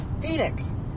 Phoenix